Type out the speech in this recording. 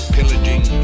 Pillaging